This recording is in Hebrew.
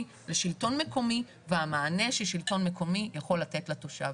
לשלטון מקומי והמענה ששלטון מקומי יכול לתת לתושב.